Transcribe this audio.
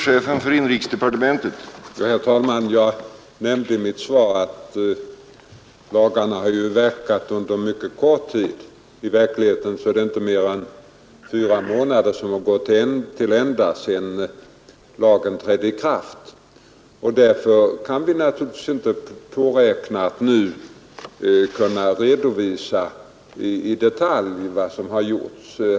Herr talman! Jag nämnde i mitt svar att lagarna verkat under en mycket kort tid. I verkligheten är det inte mer än fyra månader som gått sedan lagen trädde i kraft. Därför kan vi naturligtvis inte nu i detalj redovisa vad som gjorts.